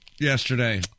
yesterday